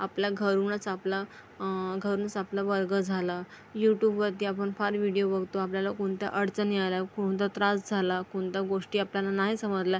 आपला घरूनच आपला घरूनच आपला वर्ग झाला यूटूबवरती आपण फार विडियो बघतो आपल्याला कोणत्या अडचणी आल्या कोणता त्रास झाला कोणता गोष्टी आपल्याला नाही समजल्या